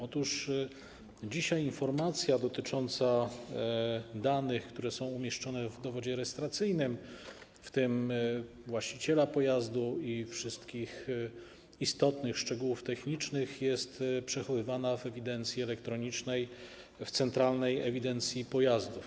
Otóż dzisiaj informacja odnośnie do danych, które są umieszczone w dowodzie rejestracyjnym, w tym właściciela pojazdu i wszystkich istotnych szczegółów technicznych, jest przechowywana w ewidencji elektronicznej, w centralnej ewidencji pojazdów.